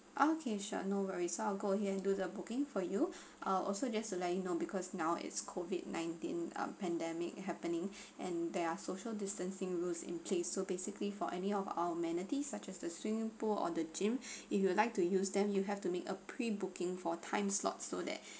okay sure no worries I'll go ahead and do the booking for you err also just to let you know because now it's COVID nineteen um pandemic happening and there are social distancing rules in place so basically for any of our amenities such as the swimming pool or the gym if you would like to use them you have to make a pre booking for time slot so that